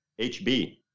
HB